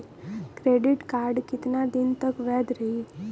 Credit card कितना दिन तक वैध रही?